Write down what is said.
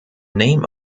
name